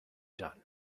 done